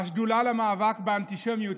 השדולה למאבק באנטישמיות,